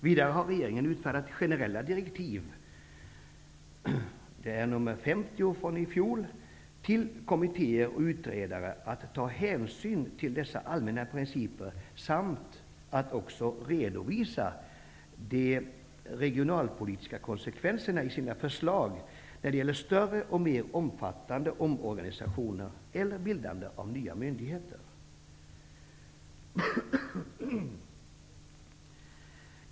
Vidare har regeringen utfärdat generella direktiv, nr 50 från i fjol, till kommittéer och utredare att ta hänsyn till dessa allmänna principer samt att också redovisa de regionalpolitiska konsekvenserna i sina förslag vid större och mer omfattande omorganisationer eller bildande av nya myndigheter.